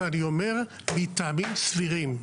ואני אומר, מטעמים סבירים.